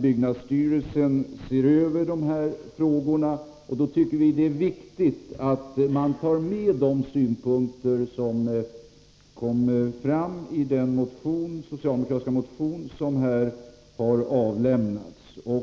Byggnadsstyrelsen ser ju över frågorna, och då tycker vi att det är viktigt att synpunkterna i den socialdemokratiska motionen blir beaktade.